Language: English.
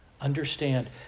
understand